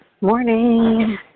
Morning